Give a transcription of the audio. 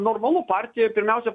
normalu partijai pirmiausia